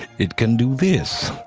it can do this,